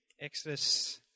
Exodus